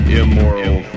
immoral